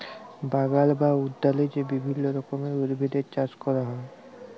বাগাল বা উদ্যালে যে বিভিল্য রকমের উদ্ভিদের চাস ক্যরা হ্যয়